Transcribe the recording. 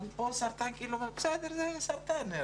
אבל פה סרטן, כאילו אומרים, בסדר, זה סרטן.